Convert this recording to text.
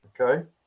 okay